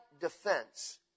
defense